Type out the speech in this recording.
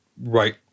right